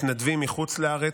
מתנדבים מחוץ לארץ.